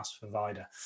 provider